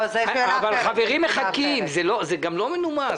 אבל חברים מחכים, זה גם לא מנומס.